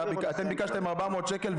אתם ביקשתם 400 שקל,